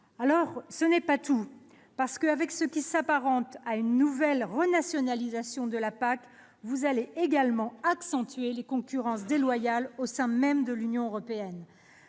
Mais ce n'est pas tout ! Avec ce qui s'apparente à une nouvelle renationalisation de la PAC, vous allez également accentuer les concurrences déloyales au sein même de l'Union européenne.